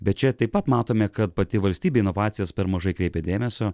bet čia taip pat matome kad pati valstybė į inovacijas per mažai kreipia dėmesio